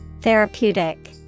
Therapeutic